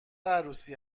عروسی